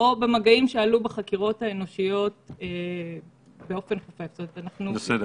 או במגעים שעלו בחקירות האנושיות באופן --- בסדר.